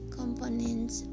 components